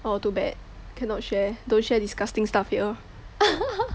oh too bad cannot share don't share disgusting stuff here